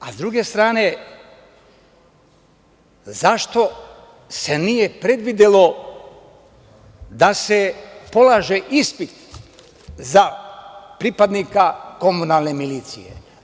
A, s druge strane, zašto se nije predvidelo da se polaže ispit za pripadnika komunalne milicije?